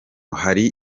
hari